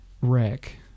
wreck